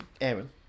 Aaron